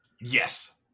Yes